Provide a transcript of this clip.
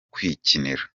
kwikinira